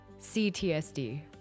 CTSD